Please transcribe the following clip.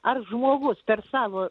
ar žmogus per savo